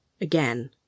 again